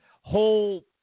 whole